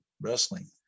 wrestling